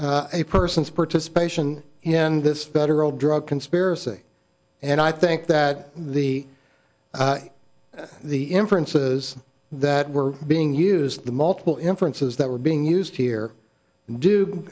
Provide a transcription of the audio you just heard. a person's participation in this federal drug conspiracy and i think that the the inferences that were being used the multiple inferences that were being used here do